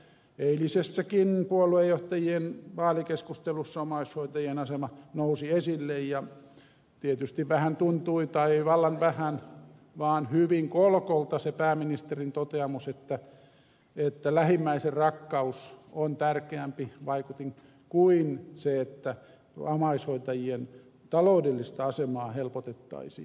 eilisessäkin puoluejohtajien vaalikeskustelussa omaishoitajien asema nousi esille ja tietysti vähän tuntui tai ei vallan vähän vaan hyvin kolkolta se pääministerin toteamus että lähimmäisenrakkaus on tärkeämpi vaikutin kuin se että omaishoitajien taloudellista asemaa helpotettaisiin